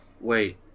Wait